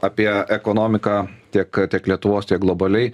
apie ekonomiką tiek tiek lietuvos tiek globaliai